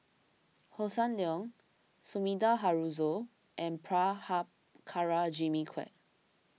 Hossan Leong Sumida Haruzo and Prabhakara Jimmy Quek